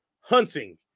Hunting